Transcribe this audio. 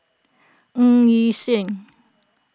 Ng Yi Sheng